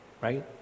Right